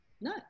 No